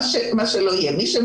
ייתן